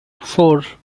four